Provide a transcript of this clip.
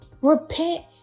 Repent